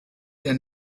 der